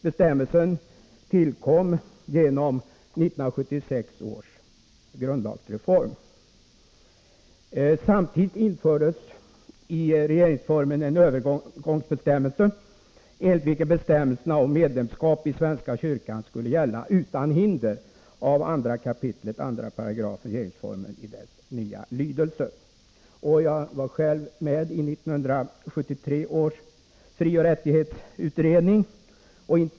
Bestämmelsen tillkom genom 1976 års grundlagsreform. Samtidigt infördes i regeringsformen en övergångsbestämmelse, enligt vilken bestämmelsen om medlemskap i svenska kyrkan skulle gälla utan hinder av 2 kap. 2 § regeringsformen i dess nya lydelse. Jag var själv med i 1973 års frioch rättighetsutredning.